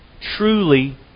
truly